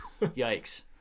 yikes